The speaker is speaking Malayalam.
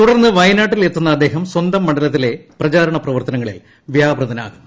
തുടർന്ന് വയനാട്ടിൽ എത്തുന്ന അദ്ദേഹം സ്വന്തം മണ്ഡലത്തിലെ പ്രചാരണ പ്രവർത്തനങ്ങളിൽ വ്യാപൃതനാകും